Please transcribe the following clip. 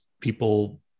people